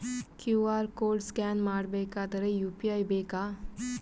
QR code scan ಮಾಡಬೇಕಾದರೆ UPI ಬೇಕಾ?